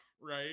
right